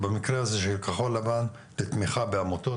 במקרה הזה של כחול לבן לתמיכה בעמותות,